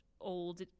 old